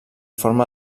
forma